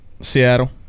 seattle